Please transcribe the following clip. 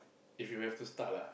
if you have to start lah